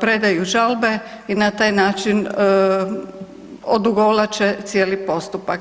predaju žalbe i na taj način odugovlače cijeli postupak.